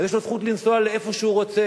אז יש לו זכות לנסוע לאן שהוא רוצה,